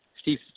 Steve